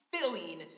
filling